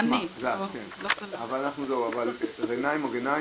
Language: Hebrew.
שנכנסת --- איזה כיף, אני מקווה שהקלטתם את זה.